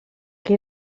que